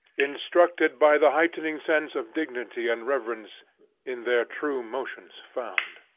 instructed by the heightening sense of dignity and reverence in their true motions found.